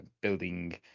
building